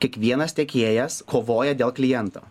kiekvienas tiekėjas kovoja dėl kliento